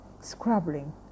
scrabbling